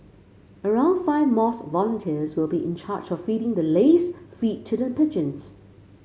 around five mosque volunteers will be in charge of feeding the laced feed to the pigeons